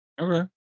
Okay